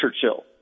Churchill